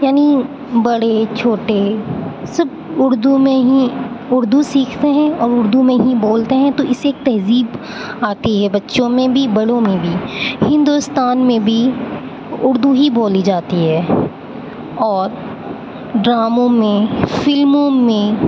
یعنی بڑے چھوٹے سب اردو میں ہی اردو سیکھتے ہیں اور اردو میں ہی بولتے ہیں تو اس سے تہذیب آتی ہے بچوں میں بھی بڑوں میں بھی ہندوستان میں بھی اردو ہی بولی جاتی ہے اور ڈراموں میں فلموں میں